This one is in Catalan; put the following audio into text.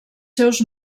seus